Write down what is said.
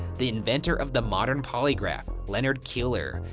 the inventor of the modern polygraph, leonard keeler,